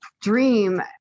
dream